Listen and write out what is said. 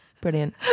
brilliant